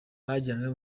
bajyanwe